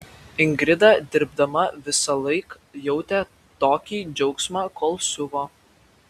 ingrida dirbdama visąlaik jautė tokį džiaugsmą kol siuvo